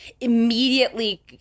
immediately